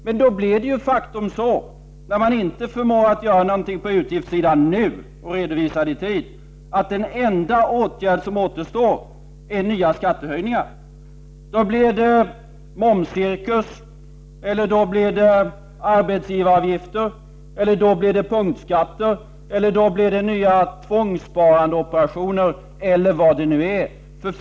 Men om man inte förmår att göra något på utgiftssidan nu och redovisar detta i tid, återstår de facto bara en enda åtgärd: nya skattehöjningar. Då blir det momscirkus, arbetsgivaravgifter, punktskatter, nya tvångssparandeoperationer eller vad det nu kan vara.